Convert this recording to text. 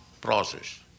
process